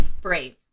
brave